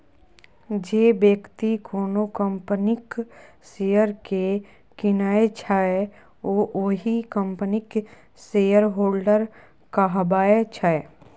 जे बेकती कोनो कंपनीक शेयर केँ कीनय छै ओ ओहि कंपनीक शेयरहोल्डर कहाबै छै